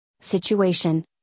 situation